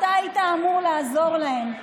אתה היית אמור לעזור להם.